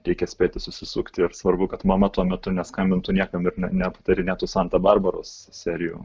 reikia spėti susisukti ir svarbu kad mama tuo metu neskambintų niekam ir neaptarinėtų santa barbaros serijų